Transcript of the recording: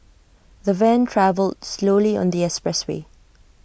the van travelled slowly on the expressway